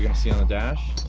yeah see on the dash,